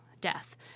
death